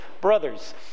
brothers